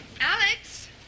Alex